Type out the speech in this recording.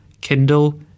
Kindle